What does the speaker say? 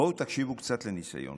בואו תקשיבו קצת לניסיון.